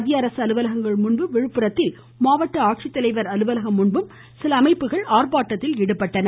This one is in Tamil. மத்திய அரசு அலுவலகங்கள் முன்பும் மாவட்ட ஆட்சித்தலைவர் அலுவலகம் முன்பும் சில அமைப்புகள் ஆர்ப்பாட்டத்தில் ஈடுபட்டன